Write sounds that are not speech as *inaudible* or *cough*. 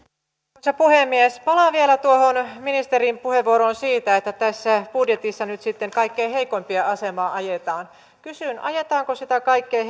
arvoisa puhemies palaan vielä tuohon ministerin puheenvuoroon siitä että tässä budjetissa nyt sitten kaikkein heikoimpien asemaa ajetaan kysyn ajetaanko sitä kaikkein *unintelligible*